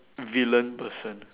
villain person